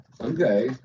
Okay